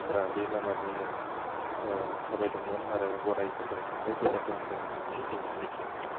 बे लामाजों थाबायदोंमोन आरो गराइफोरजों थांलाय फैलाय खालामदोंमोन होननानै जोङो मिथिनानै मोनो